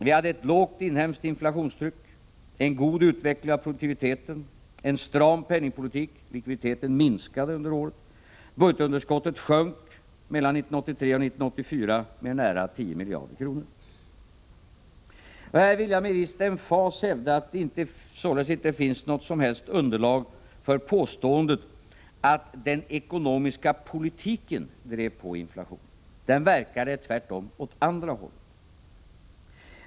Vi hade ett lågt inhemskt inflationstryck, en god utvecklad produktivitet, en stram penningpolitik, likviditeten minskade under året och budgetunderskottet sjönk mellan 1983 och 1984 med nära 10 miljarder kronor. Här vill jag med viss emfas hävda att det således inte finns något som helst underlag för påståendet att den ekonomiska politiken drev på inflationen. Den verkade tvärtom åt andra hållet.